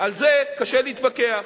על זה קשה להתווכח.